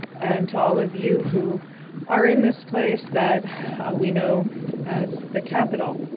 and to all of you who are in this place that we know as the capital.